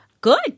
Good